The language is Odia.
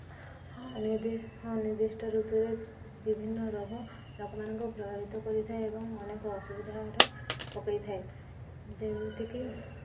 ହଁ ହଁ ନିର୍ଦ୍ଦିଷ୍ଟ ଋତୁରେ ବିଭିନ୍ନ ରୋଗ ଲୋକମାନଙ୍କୁ ପ୍ରଭାବିତ କରିଥାଏ ଏବଂ ଅନେକ ଅସୁବିଧାରେ ପକାଇଥାଏ ଯେମିତିକି